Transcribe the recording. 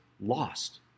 lost